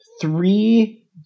three